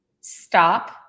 stop